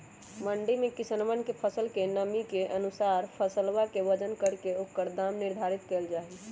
मंडी में किसनवन के फसल के नमी के अनुसार फसलवा के वजन करके ओकर दाम निर्धारित कइल जाहई